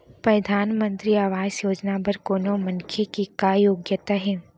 परधानमंतरी आवास योजना बर कोनो मनखे के का योग्यता हे?